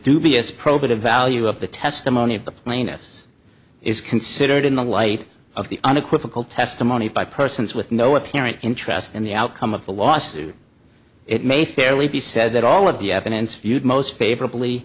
dubious probative value of the testimony of the plaintiffs is considered in the light of the unequivocal testimony by persons with no apparent interest in the outcome of the lawsuit it may fairly be said that all of the evidence viewed most favorably